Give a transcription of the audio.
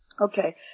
Okay